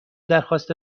درخواست